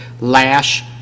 Lash